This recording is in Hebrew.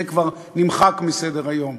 זה כבר נמחק מסדר-היום,